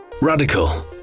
Radical